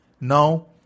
Now